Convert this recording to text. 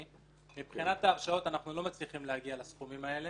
מבחינת ההרשעות אנחנו לא מצליחים להגיע לסכומים האלה.